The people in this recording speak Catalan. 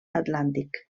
atlàntic